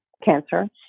cancer